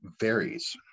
varies